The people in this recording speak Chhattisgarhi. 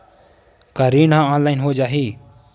का ऋण ह ऑनलाइन हो जाही?